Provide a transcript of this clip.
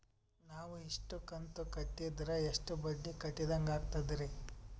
ನಾವು ಇಷ್ಟು ಕಂತು ಕಟ್ಟೀದ್ರ ಎಷ್ಟು ಬಡ್ಡೀ ಕಟ್ಟಿದಂಗಾಗ್ತದ್ರೀ?